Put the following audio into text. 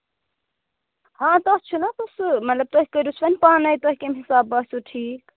ہاں تَتھ چھُنا تَتھ سُہ مطلب تُہۍ کٔرۍ وُس وۄنۍ پانَے تۄہہِ کمہِ حِسابہٕ باسیٚو ٹھیٖک